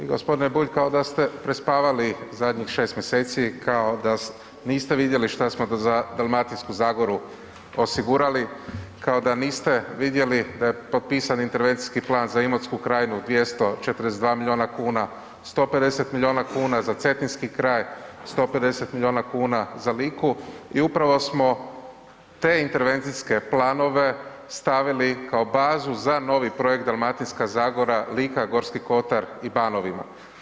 Gospodine Bulj kao da ste prespavali zadnjih 6 mjeseci, kao da niste vidjeli šta smo za Dalmatinsku zagoru osigurali, kao da niste vidjeli potpisani intervencijski plan za Imotsku krajinu 240 miliona kuna, 150 miliona kuna za cetinski kraj, 150 miliona kuna za Liku i upravo smo te intervencijske planove stavili kao bazu za novi projekt Dalmatinska zagora, Lika, Gorski kotar i Banovina.